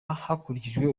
hakurikijwe